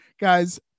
guys